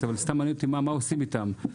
מעניין אותי מה עושים איתם.